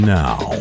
now